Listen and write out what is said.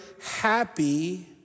happy